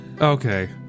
Okay